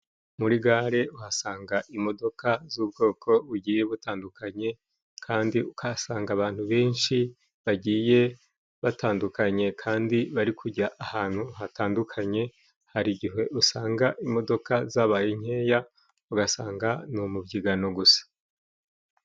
Muri gare uhasanga imodoka z'ubwoko bugiye butandukanye, kandi ukahasanga abantu benshi bagiye batandukanye, kandi bari kujya ahantu hatandukanye. Hari igihe usanga imodoka zabaye nkeya ugasanga ni umubyigano gusa.